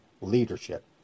leadership